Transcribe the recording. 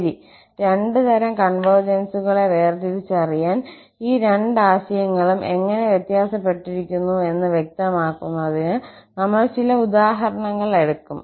ശരി രണ്ട് തരം കോൺവെർജൻസുകളെ വേർതിരിച്ചറിയാൻ ഈ രണ്ട് ആശയങ്ങളും എങ്ങനെ വ്യത്യാസപ്പെട്ടിരിക്കുന്നു എന്ന് വ്യക്തമാക്കുന്നതിന് നമ്മൾ ചില ഉദാഹരണങ്ങൾ എടുക്കും